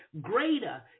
Greater